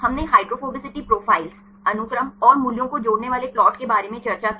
हमने hydrophobicity profile अनुक्रम और मूल्यों को जोड़ने वाले प्लाट के बारे में चर्चा की